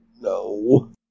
no